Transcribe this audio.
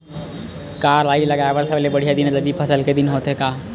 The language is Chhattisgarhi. का राई लगाय बर सबले बढ़िया दिन रबी फसल के दिन होथे का?